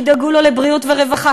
שידאגו לו לבריאות ורווחה,